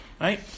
Right